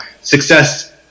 success